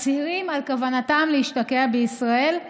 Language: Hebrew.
מצהירים על כוונתם להשתקע בישראל.